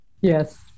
Yes